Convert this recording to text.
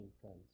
friends